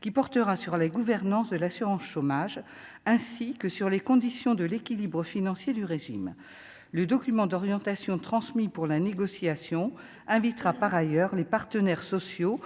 qui portera sur la gouvernance de l'assurance chômage, ainsi que sur les conditions de l'équilibre financier du régime, le document d'orientation transmis pour la négociation invitera, par ailleurs, les partenaires sociaux.